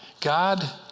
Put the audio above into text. God